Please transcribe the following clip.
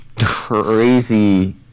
...crazy